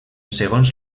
segons